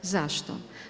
Zašto?